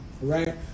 right